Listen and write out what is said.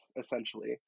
essentially